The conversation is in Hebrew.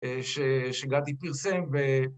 אה... ש... שגדי פרסם, ו...